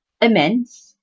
Immense